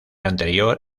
anterior